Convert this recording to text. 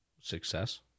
success